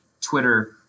Twitter